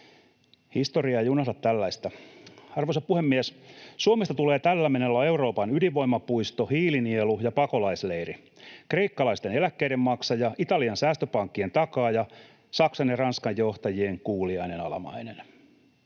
Historia ei unohda tällaista. Arvoisa puhemies! Suomesta tulee tällä menolla Euroopan ydinvoimapuisto, hiilinielu ja pakolaisleiri, kreikkalaisten eläkkeiden maksaja, Italian säästöpankkien takaaja, Saksan ja Ranskan johtajien kuuliainen alamainen.